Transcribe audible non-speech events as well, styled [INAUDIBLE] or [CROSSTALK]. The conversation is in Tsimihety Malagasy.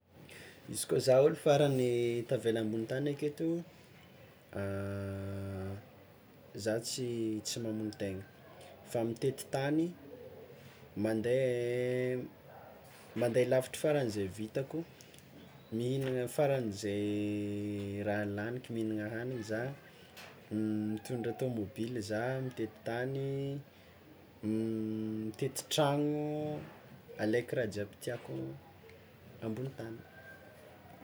Izy koa zah olo farany tavela ambon'ny tany aketo, [HESITATION] zah tsy tsy mamono tegna fa mitety tany, mande [HESITATION] mande lavitry faranze vitako, mihignana faranze raha laniko, mihinana hagniny zah, [HESITATION] mitondra tômôbila zah mitety tany, [HESITATION] mitety tragno, alaiko raha jiaby tiàko ambonin'ny tany.